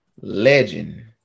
legend